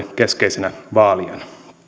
keskeisenä vaalijana